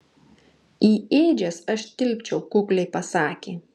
į ėdžias aš tilpčiau kukliai pasakė